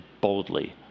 boldly